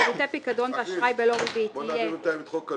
שירותי פיקדון אשראי בלא ריבית תישאר כמות